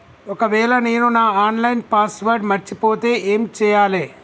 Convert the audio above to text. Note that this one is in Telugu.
ఒకవేళ నేను నా ఆన్ లైన్ పాస్వర్డ్ మర్చిపోతే ఏం చేయాలే?